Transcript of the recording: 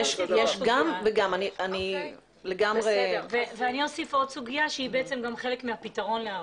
אני אוסיף עוד סוגיה שלהערכתי היא חלק מהפתרון.